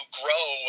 grow